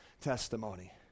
testimony